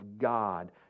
God